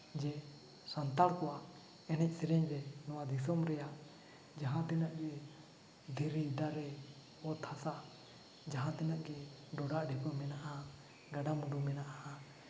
ᱡᱮ ᱥᱟᱱᱛᱟᱲ ᱠᱚᱣᱟᱜ ᱮᱱᱮᱡ ᱥᱮᱨᱮᱧ ᱨᱮ ᱱᱚᱣᱟ ᱫᱤᱥᱚᱢ ᱨᱮᱭᱟᱜ ᱡᱟᱦᱟᱸ ᱛᱤᱱᱟᱹᱜ ᱜᱮ ᱫᱷᱤᱨᱤ ᱫᱟᱨᱮ ᱚᱛ ᱦᱟᱥᱟ ᱡᱟᱦᱟᱸ ᱛᱤᱱᱟᱹᱜ ᱜᱮ ᱰᱚᱰᱷᱟ ᱰᱷᱤᱯᱟᱹ ᱢᱮᱱᱟᱜᱼᱟ ᱜᱟᱰᱟ ᱢᱩᱰᱩ ᱢᱮᱱᱟᱜᱼᱟ